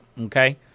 Okay